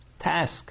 task